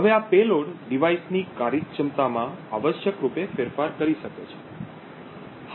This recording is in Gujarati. હવે આ પેલોડ ડિવાઇસની કાર્યક્ષમતામાં આવશ્યક રૂપે ફેરફાર કરી શકે છે